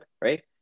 right